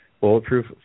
Bulletproof